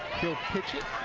he'll pitch it. a